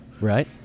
right